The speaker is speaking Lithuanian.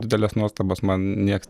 didelės nuostabos man nieks